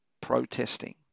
protesting